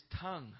tongue